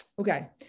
okay